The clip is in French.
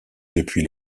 depuis